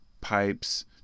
pipes